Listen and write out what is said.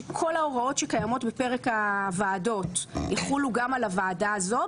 שכל ההוראות שקיימות בפרק הוועדות יחולו גם על הוועדה הזו,